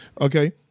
Okay